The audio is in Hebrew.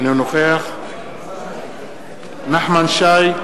אינו נוכח נחמן שי,